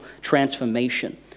transformation